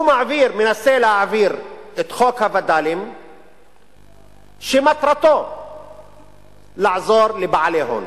הוא מנסה מעביר את חוק הווד”לים שמטרתו לעזור לבעלי הון.